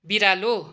बिरालो